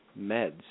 meds